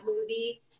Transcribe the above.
movie